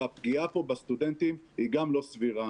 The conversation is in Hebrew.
והפגיעה פה בסטודנטים היא גם לא סבירה,